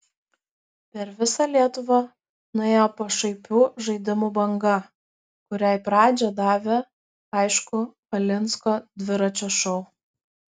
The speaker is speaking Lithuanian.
per visą lietuvą nuėjo pašaipių žaidimų banga kuriai pradžią davė aišku valinsko dviračio šou